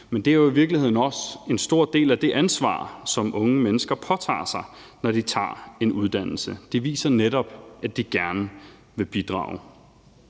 Men det er jo i virkeligheden også en stor del af det ansvar, som unge mennesker påtager sig, når de tager en uddannelse. De viser netop, at de gerne vil bidrage.